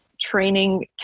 Training